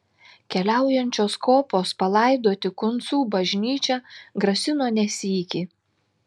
keliaujančios kopos palaidoti kuncų bažnyčią grasino ne sykį